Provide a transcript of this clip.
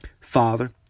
Father